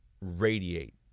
radiate